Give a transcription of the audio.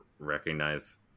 recognize